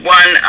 one